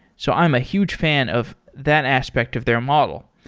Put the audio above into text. so i'm a huge fan of that aspect of their model.